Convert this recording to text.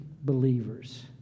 believers